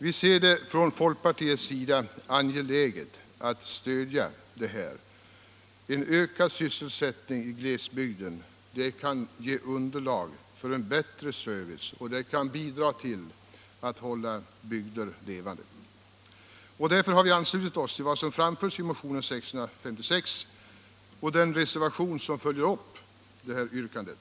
Inom folkpartiet anser vi det angeläget att stödja detta. En ökad sysselsättning i glesbygden kan ge underlag för bättre service och bidra till att hålla bygder levande. Därför har vi anslutit oss till vad som framföres i motionen 656 och reservationen 4, som följer upp motionsyrkandet.